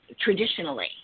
traditionally